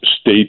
state